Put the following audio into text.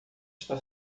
está